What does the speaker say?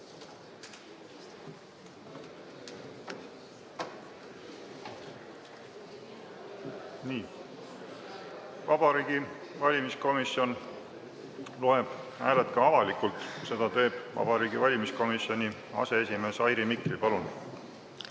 Vabariigi Valimiskomisjon loeb hääled ka avalikult. Seda teeb Vabariigi Valimiskomisjoni aseesimees Airi Mikli. Palun!